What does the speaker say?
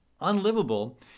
unlivable